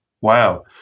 Wow